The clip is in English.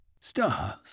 stars